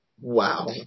Wow